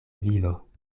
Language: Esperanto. vivo